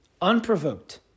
Unprovoked